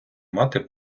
мати